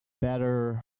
better